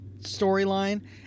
storyline